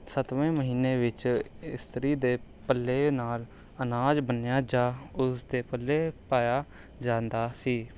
ਸੱਤਵੇਂ ਮਹੀਨੇ ਵਿੱਚ ਇਸਤਰੀ ਦੇ ਪੱਲੇ ਨਾਲ ਅਨਾਜ ਬੰਨਿਆ ਜਾਂ ਉਸਦੇ ਪੱਲੇ ਪਾਇਆ ਜਾਂਦਾ ਸੀ